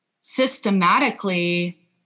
systematically